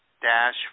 dash